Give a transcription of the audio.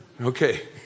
Okay